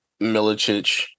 Milicic